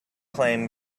claim